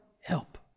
help